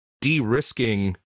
de-risking